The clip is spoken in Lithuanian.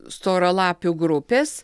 storalapių grupės